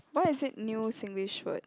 why is it new Singlish word